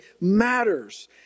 matters